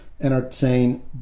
entertain